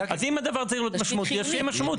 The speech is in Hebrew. אז אם הדבר צריך להיות משמעותי, אז שיהיה משמעותי.